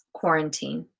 quarantine